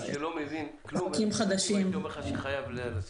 אני שלא מבין כלום הייתי אומר לך שחייב.